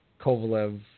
Kovalev